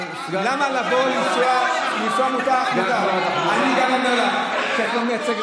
למה לבוא ולנסוע, אני גם אומר לך שאת לא מייצגת